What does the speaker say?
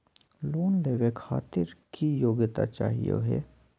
Loan लेवे खातीर की योग्यता चाहियो हे?